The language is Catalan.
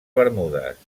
bermudes